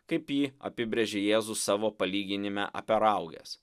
kaip jį apibrėžė jėzus savo palyginime apie rauges